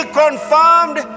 confirmed